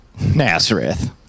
Nazareth